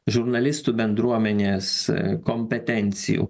žurnalistų bendruomenės kompetencijų